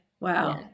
Wow